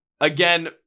again